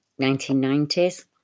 1990s